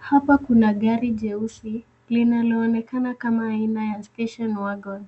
Hapa kuna gari jeusi linaloonekana kama aina ya station wagon .